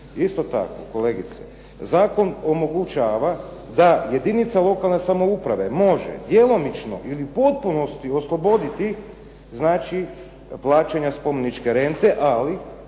isto tako kolegice, zakon omogućava da jedinica lokalne samouprave može djelomično ili potpuno osloboditi znači plaćanja spomeničke rente, ali